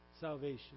Salvation